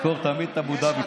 תזכור תמיד את אבו דאבי.